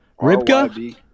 Ribka